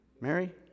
Mary